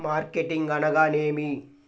Marketing అనగానేమి?